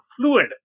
fluid